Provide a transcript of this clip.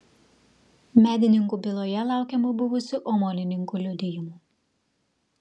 medininkų byloje laukiama buvusių omonininkų liudijimų